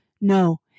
No